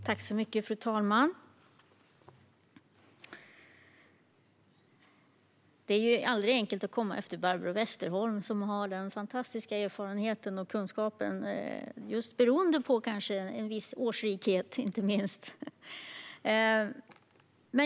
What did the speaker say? Fru talman! Det är aldrig enkelt att komma efter Barbro Westerholm, som har fantastisk erfarenhet och kunskap, kanske inte minst beroende på just en viss årsrikedom.